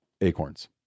acorns